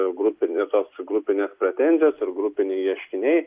ir grupė ir tos grupinės pretenzijos ir grupiniai ieškiniai